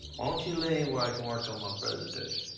why don't you leave where i can work on my presentation.